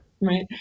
right